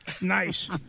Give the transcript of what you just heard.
nice